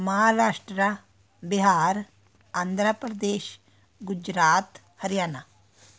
Maharashtra Bihar Andhra Pradesh Gujarat Haryana